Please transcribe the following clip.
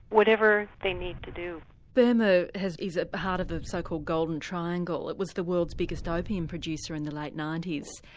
whatever they need to do. burma is at the heart of the so called golden triangle, it was the world's biggest opium producer in the late ninety s,